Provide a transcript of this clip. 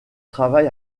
travail